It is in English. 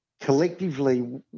collectively